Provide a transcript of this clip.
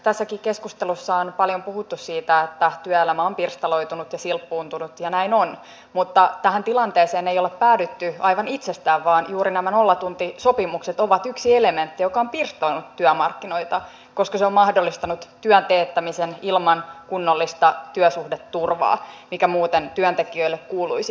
tässäkin keskustelussa on paljon puhuttu siitä että työelämä on pirstaloitunut ja silppuuntunut ja näin on mutta tähän tilanteeseen ei olla päädytty aivan itsestään vaan juuri nämä nollatuntisopimukset ovat yksi elementti joka on pirstonut työmarkkinoita koska se on mahdollistanut työn teettämisen ilman kunnollista työsuhdeturvaa joka muuten työntekijöille kuuluisi